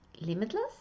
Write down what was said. limitless